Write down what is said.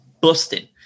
busting